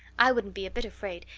i wouldn't be a bit afraid,